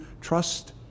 trust